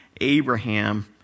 Abraham